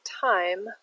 time